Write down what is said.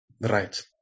Right